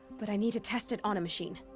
but i need to test it on a machine.